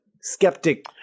skeptic